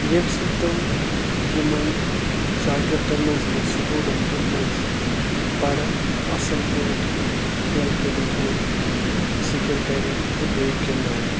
ییٚمہِ سۭتۍ تٕم یِمَن شاگردَن منٛز یِمَن سٹوٗڈَنٹَن منٛز بَڑٕ اَصٕل پٲٹھۍ کَھیل کوٗدَن ہُنٛدر ذِکِر کَرِ تہٕ بیٚیہِ گِنٛدنایَک